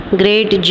great